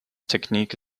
technique